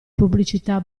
pubblicità